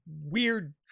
weird